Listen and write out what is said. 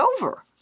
over